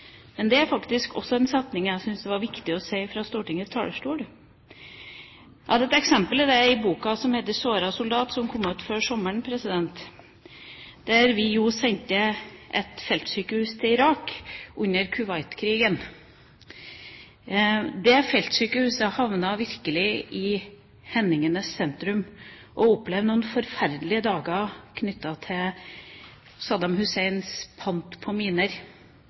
Det er faktisk også en setning jeg syns det var viktig å si fra Stortingets talerstol. Det er et eksempel på det i boka som heter «Såret soldat» som kom ut før sommeren. Vi sendte et feltsykehus til Irak under Kuwait-krigen. Det feltsykehuset havnet virkelig i hendingenes sentrum og opplevde noen forferdelige dager knyttet til Saddam Husseins pant på miner.